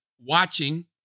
watching